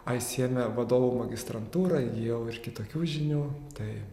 aisieme vadovų magistrantūroj įgijau ir kitokių žinių tai